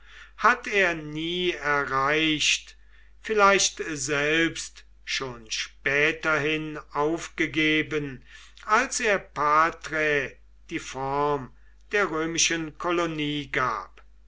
hat er nicht erreicht vielleicht selbst schon späterhin aufgegeben als er patrae die form der römischen kolonie gab